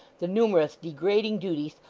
the numerous degrading duties,